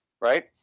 right